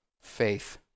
faith